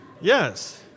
Yes